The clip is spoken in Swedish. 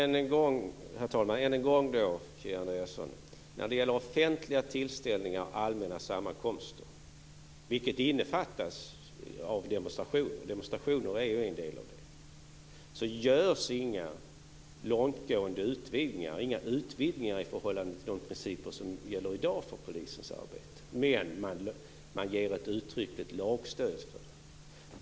Herr talman! Än en gång, Kia Andreasson: När det gäller offentliga tillställningar och allmänna sammankomster, vilket innefattas av demonstrationer som ju är en del av det, görs det inga långtgående utvidgningar. Det görs inga utvidgningar i förhållande till de principer som gäller i dag för polisens arbete. Men man ger ett uttryckligt lagstöd för det.